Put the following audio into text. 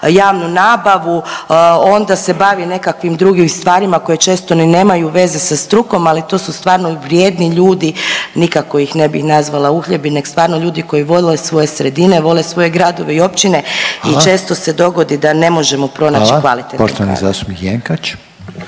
javnu nabavu, onda se bavi nekakvim drugim stvarima koje često ni nemaju veze sa strukom, ali to su stvarno vrijedni ljudi, nikako ih ne bi nazvala uhljebi, nego stvarno ljudi koji vole svoje sredine, vole svoje gradove i općine …/Upadica: Hvala./… i često se dogodi da ne možemo pronaći kvalitetni